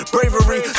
Bravery